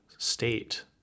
state